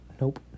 nope